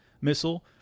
missile